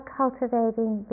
cultivating